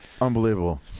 Unbelievable